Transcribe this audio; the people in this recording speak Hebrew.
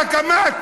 על הקמת